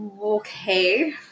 Okay